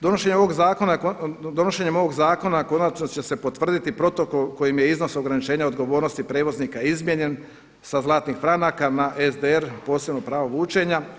Donošenjem ovog zakona konačno će se potvrditi protokol kojim je iznos ograničenja odgovornosti prijevoznika izmijenjen sa zlatnih franaka na SDR posebno pravo vučenja.